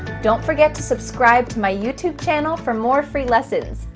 don't forget to subscribe to my youtube channel for more free lessons.